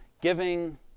giving